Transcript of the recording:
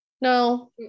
No